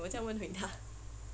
我再问回他